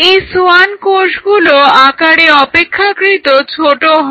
এই সোয়ান কোষগুলো আকারে অপেক্ষাকৃত ছোট হয়